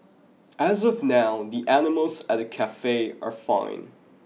as of now the animals at the cafe are fine